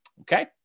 Okay